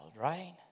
right